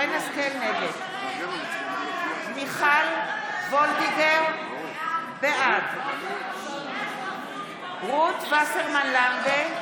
נגד מיכל וולדיגר, בעד רות וסרמן לנדה,